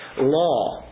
law